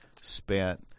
spent